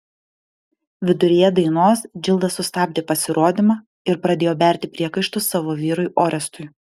viduryje dainos džilda sustabdė pasirodymą ir pradėjo berti priekaištus savo vyrui orestui